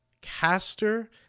caster